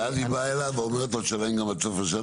ואז היא באה אליו ואומרת לו, תשלם עד סוף השנה.